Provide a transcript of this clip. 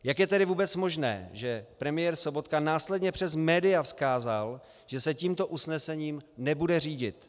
Jak je tedy vůbec možné, že premiér Sobotka následně přes média vzkázal, že se tímto usnesením nebude řídit?